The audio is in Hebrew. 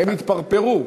הם התפרפרו.